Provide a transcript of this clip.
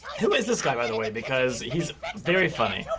who is this guy, by the way, because he's very funny.